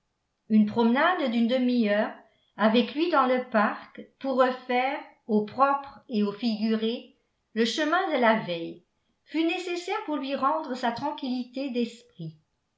une promenade d'une demi-heure avec lui dans le parc pour refaire au propre et au figuré le chemin de la veille fut nécessaire pour lui rendre sa tranquillité d'esprit